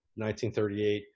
1938